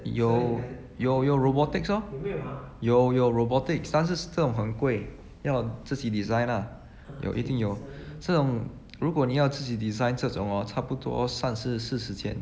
有有有 robotics orh 有有 robotics 但是这种很贵 then 我自己 design ah 有一定有这种如果你要自己 design 这种 orh 差不多三四四十千